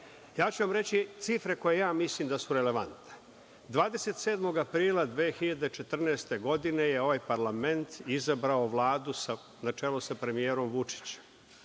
ću vam cifre za koje mislim da su relevantne, 27. aprila 2014. godine je ovaj parlament izabrao Vladu na čelu sa premijerom Vučićem,